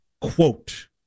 quote